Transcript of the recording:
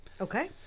okay